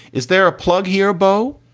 is there a plug here, bo.